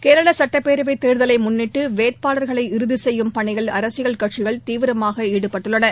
கேரள சுட்டப்பேரவை தேர்தலை முன்னிட்டு வேட்பாளர்களை இறுதி செய்யும் பணியில் அரசியல் கட்சிகள் தீவிரமாக ஈடுபட்டுள்ளன